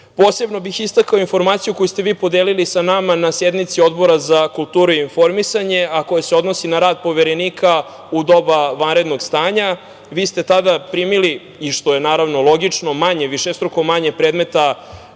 zatekli. Posebno bih istakao informaciju koju ste vi podelili sa nama na sednici Odbora za kulturu i informisanje, a koja se odnosi na rad Poverenika u doba vanrednog stanja. Vi ste tada primili, što je, naravno, logično, manje, višestruko manje predmeta